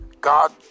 God